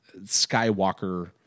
Skywalker